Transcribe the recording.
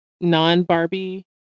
non-barbie